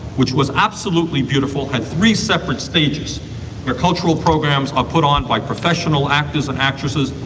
which was absolutely beautiful. had three separate stages for cultural programs are put on by professional actors and actresses,